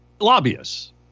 lobbyists